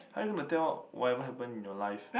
how are you gonna tell whatever happened in your life